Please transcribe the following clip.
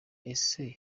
ese